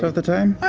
the time?